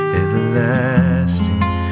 everlasting